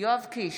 יואב קיש,